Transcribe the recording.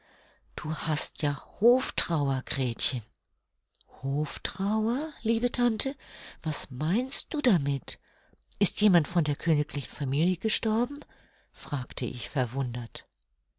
du hast ja hoftrauer gretchen hoftrauer liebe tante was meinst du damit ist jemand von der königlichen familie gestorben fragte ich verwundert